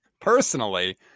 personally